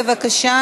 בבקשה.